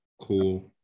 cool